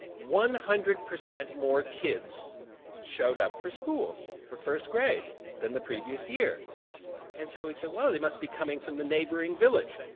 one hundred percent more kids showed up for school, for first grade than the previous year and so we said well they must be coming from the neighbouring village.